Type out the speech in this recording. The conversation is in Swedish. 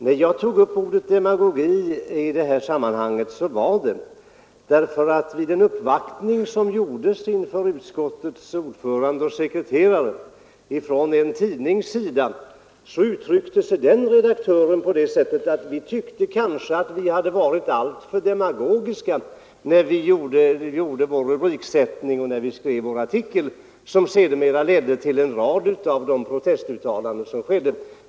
Att jag nämnde ordet demagogi i detta sammanhang berodde på att vid en uppvaktning som gjordes inför utskottets ordförande och sekreterare från en tidnings sida, så sade vederbörande redaktör att man tyckte att man varit alltför demagogisk när man gjorde en rubriksättning och skrev den artikel som sedermera ledde till en rad av de protestuttalanden som förekom.